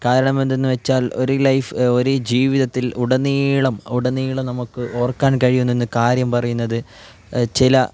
കാരണം എന്താണെന്നു വച്ചാൽ ഒരു ലൈഫ് ഒരു ജീവിതത്തിൽ ഉടനീളം ഉടനീളം നമ്മൾക്ക് ഓർക്കാൻ കഴിയുന്നത് കാര്യം പറയുന്നത് ചില